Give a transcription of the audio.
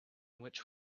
which